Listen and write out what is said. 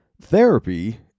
Therapy